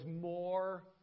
more